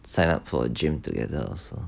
sign up for gym together so